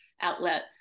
outlet